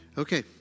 Okay